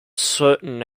certain